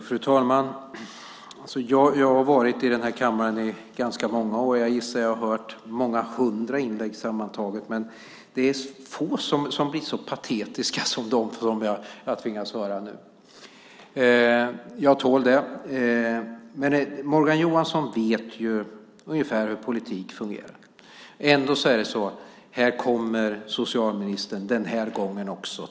Fru ålderspresident! Jag har varit i denna kammare i ganska många år. Jag gissar att jag har hört många hundra inlägg sammantaget, men det är få som har varit så patetiska som dem jag har tvingats höra nu. Jag tål dock det. Morgan Johansson vet ungefär hur politik fungerar. Ändå låter det så här: Här kommer socialministern ännu en gång tomhänt.